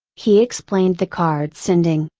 he explained the cardsending,